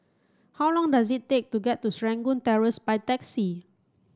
how long does it take to get to Serangoon Terrace by taxi